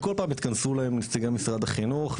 כי כל פעם התכנסו להם נציגי משרד החינוך,